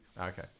Okay